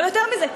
אבל יותר מזה,